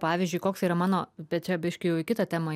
pavyzdžiui koks yra mano bet čia biškį jau į kitą temą